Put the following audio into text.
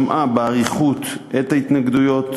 שמעה באריכות את ההתנגדויות,